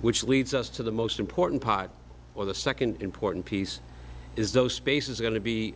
which leads us to the most important part or the second important piece is those spaces are going to be